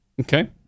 Okay